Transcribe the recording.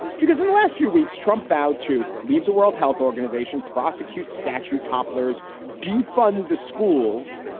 because in the last few weeks, trump vowed to leave the world health organization, prosecute statue topples, defund the schools.